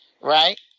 right